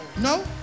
No